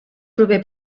prové